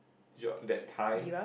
yolk that time